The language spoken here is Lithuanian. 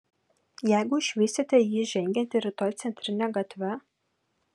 jeigu išvysite jį žengiantį rytoj centrine gatve